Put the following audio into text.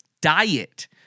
diet